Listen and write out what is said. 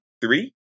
three